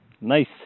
Nice